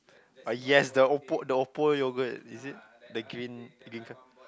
ah yes the Oppo the Oppo yogurt is it the green the green kind